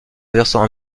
versant